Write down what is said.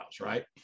Right